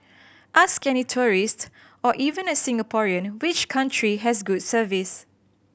ask any tourist or even a Singaporean which country has good service